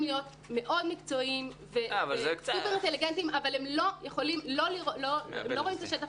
להיות מאוד מקצועיים וסופר אינטליגנטיים אבל הם לא רואים את השטח